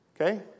Okay